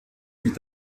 mit